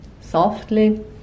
softly